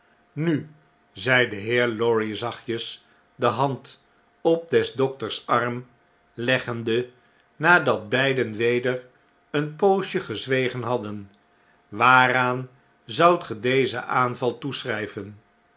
nu zei de heer lorry zachtjes de hand op des dokters arm leggende nadat beiden weder een poosje gezwegen hadden waaraan zoudt ge dezen aanval